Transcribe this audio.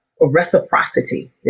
reciprocity